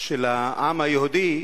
של העם היהודי,